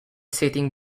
seating